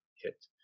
hit